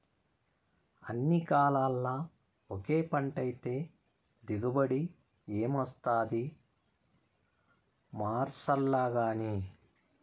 అన్ని కాలాల్ల ఒకే పంటైతే దిగుబడి ఏమొస్తాది మార్సాల్లగానీ